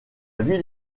ville